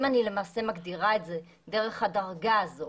אם אני מגדירה את זה דרך הדרגה הזאת